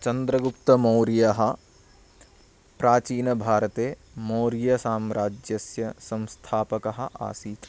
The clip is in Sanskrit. चन्द्रगुप्तमौर्यः प्राचीनभारते मौर्यसाम्राज्यस्य संस्थापकः आसीत्